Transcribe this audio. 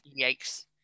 Yikes